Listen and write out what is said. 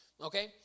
Okay